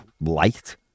light